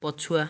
ପଛୁଆ